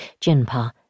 Jinpa